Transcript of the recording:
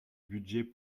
budget